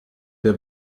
der